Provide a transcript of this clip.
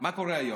מה קורה היום?